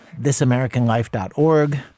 thisamericanlife.org